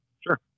Sure